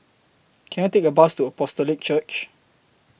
Can I Take A Bus to Apostolic Church